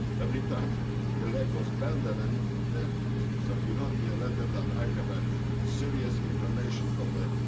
every time the leg was bent, and and i you know so he wrote me a letter that i have ah serious inflammation of the